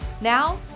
Now